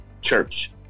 church